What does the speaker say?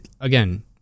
again –